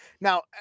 Now